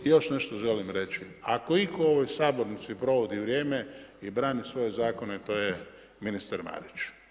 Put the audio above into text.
I još nešto želim reći, ako itko u ovoj sabornici provodi vrijeme i brani svoje zakone to je ministar Marić.